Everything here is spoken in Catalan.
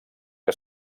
que